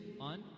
on